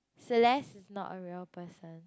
Celeste is not a real person